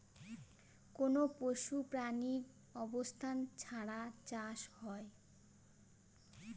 কোনো পশু প্রাণীর অবস্থান ছাড়া চাষ হয়